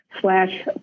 slash